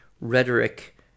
rhetoric